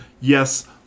yes